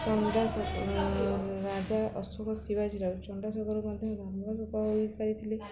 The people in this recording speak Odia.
ଚଣ୍ଡାଶୋକ ରାଜା ଅଶୋକ ଶିବାଜୀ ରାଓ ଚଣ୍ଡାଶୋକର ମଧ୍ୟ ଲୋକ ହୋଇପାରିଥିଲେ